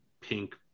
pink